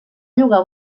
llogar